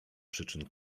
przyczyn